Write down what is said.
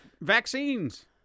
vaccines